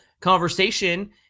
conversation